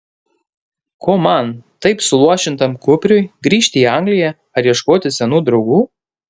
ko man taip suluošintam kupriui grįžti į angliją ar ieškoti senų draugų